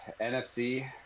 NFC